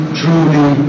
truly